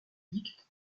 dicte